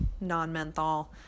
non-menthol